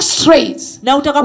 straight